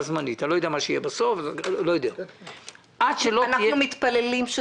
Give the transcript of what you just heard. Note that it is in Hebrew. זמנית ואני לא יודע מה יהיה בסוף --- אנחנו מתפללים לכך